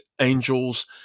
angels